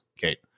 Kate